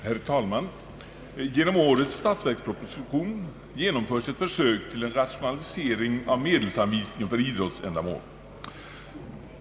Herr talman! Genom årets statsverksproposition genomförs ett försök till rationalisering av medelsanvisningen för idrottsändamål.